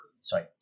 sorry